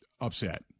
upset